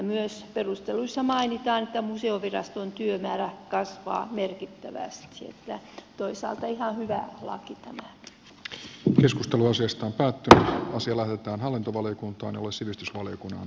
myös perusteluissa mainitaan että museoviraston työmäärä kasvaa merkittävästi niin että toisaalta ihan hyvä laki tuo joskus tuloslistan käyttö on siellä mitään hallintovaliokuntaan on tämä